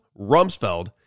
Rumsfeld